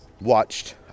watched